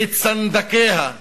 ואת סנדקיה,